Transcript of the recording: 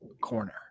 corner